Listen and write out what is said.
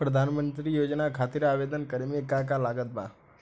प्रधानमंत्री योजना खातिर आवेदन करे मे का का लागत बा?